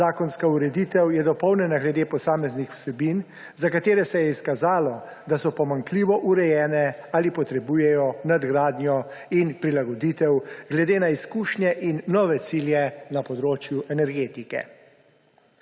zakonska ureditev je dopolnjena glede posameznih vsebin, za katere se je izkazalo, da so pomanjkljivo urejene ali potrebujejo nadgradnjo in prilagoditev glede na izkušnje in nove cilje na področju energetike.